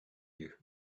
you